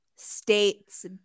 States